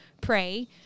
pray